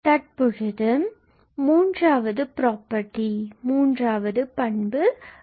தற்பொழுது மூன்றாவது பிராப்பர்ட்டி மூன்றாவது பண்பு Γ𝑛𝑛−1